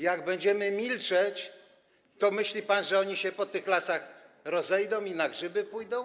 Jak będziemy milczeć, to myśli pan, że oni się po tych lasach rozejdą i na grzyby pójdą?